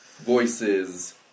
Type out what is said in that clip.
Voices